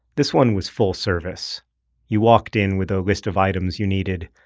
this one was full-service you walked in with a list of items you needed,